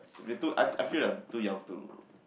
if it too I I feel that I'm too young to